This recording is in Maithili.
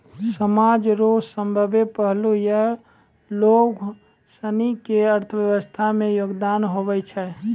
समाज रो सभ्भे पहलू या लोगसनी के अर्थव्यवस्था मे योगदान हुवै छै